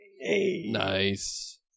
Nice